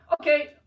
okay